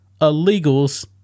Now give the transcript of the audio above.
illegals